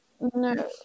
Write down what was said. no